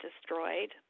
destroyed